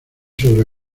sobre